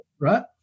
right